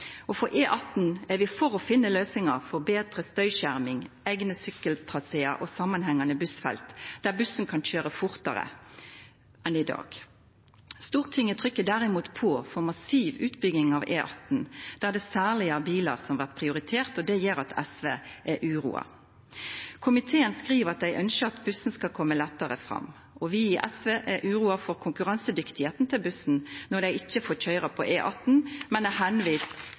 For E18 er vi for å finna løysingar for betre støyskjerming, eigne sykkeltrasear og samanhengande bussfelt, der bussen kan køyra fortare enn i dag. Stortinget trykkjer derimot på for ei massiv utbygging av E18 der det særleg er bilar som blir prioriterte, og det gjer at SV er uroa. Komiteen skriv at dei ønskjer at bussane skal koma lettare fram, og vi i SV er uroa over kor konkurransedyktige bussane blir når dei ikkje får køyra på E18, men er viste til den nye lokalvegen. Eg